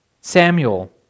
Samuel